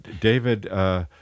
David